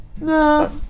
No